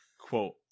quote